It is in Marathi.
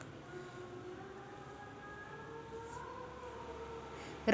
रब्बी हंगामामंदी मका पिकाची वाढ चांगल्या परकारे होईन का?